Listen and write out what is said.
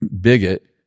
bigot